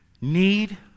need